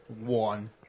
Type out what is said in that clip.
One